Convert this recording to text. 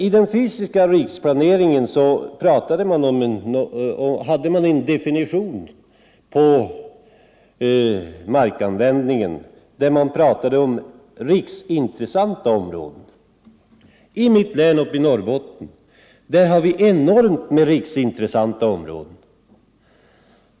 I den fysiska riksplaneringen definierade man en del mark som riksintressanta områden. I mitt län — Norrbotten — har vi enormt mycket riksintressanta områden.